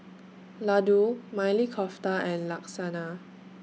Ladoo Maili Kofta and Lasagna